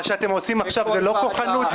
מה שאתם עושים עכשיו זה לא כוחנות?